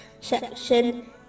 section